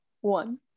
one